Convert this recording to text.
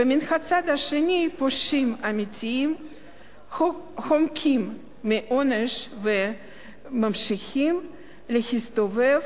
ומן הצד השני פושעים אמיתיים חומקים מעונש וממשיכים להסתובב